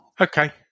Okay